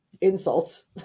insults